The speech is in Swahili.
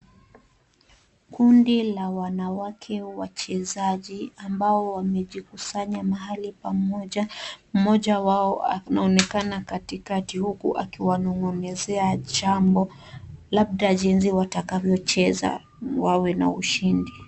Kundi la wanawake wachezaji ambao wamejikusanya mahali pamoja. Mmoja wao anaonekana katikati huku akiwanong'onezea jambo labda jinsi watakavyocheza wawe na ushindi.